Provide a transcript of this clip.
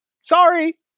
Sorry